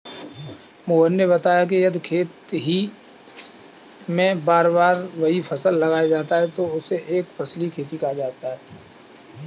मोहन ने बताया कि यदि एक ही खेत में बार बार वही फसल लगाया जाता है तो उसे एक फसलीय खेती कहते हैं